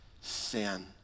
sin